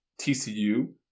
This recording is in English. TCU